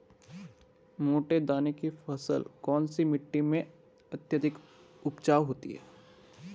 मोटे दाने की फसल कौन सी मिट्टी में अत्यधिक उपजाऊ होती है?